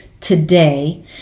today